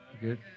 Good